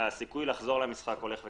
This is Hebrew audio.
הסיכוי לחזור למשחק הולך וקטן.